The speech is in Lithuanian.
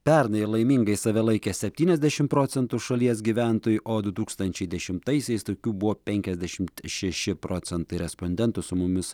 pernai laimingais save laikė septyniasdešimt procentų šalies gyventojų o du tūkstančiai dešimtaisiais tokių buvo penkiasdešimt šeši procentai respondentų su mumis